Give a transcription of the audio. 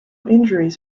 injuries